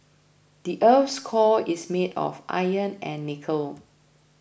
the earth's core is made of iron and nickel